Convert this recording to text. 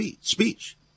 speech